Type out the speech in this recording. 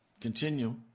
continue